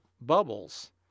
bubbles